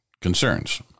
concerns